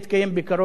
בעוד כמה ימים,